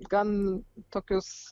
gan tokius